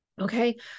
Okay